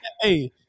Hey